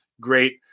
Great